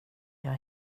jag